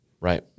Right